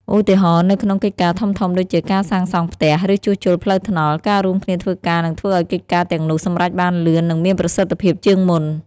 ឧទាហរណ៍ នៅក្នុងកិច្ចការងារធំៗដូចជាការសាងសង់ផ្ទះ ឬជួសជុលផ្លូវថ្នល់ ការរួមគ្នាធ្វើការនឹងធ្វើឱ្យកិច្ចការទាំងនោះសម្រេចបានលឿន និងមានប្រសិទ្ធភាពជាងមុន។